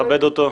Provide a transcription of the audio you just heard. נכבד אותו.